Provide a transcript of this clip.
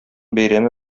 бәйрәме